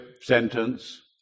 sentence